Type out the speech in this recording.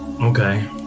Okay